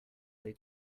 they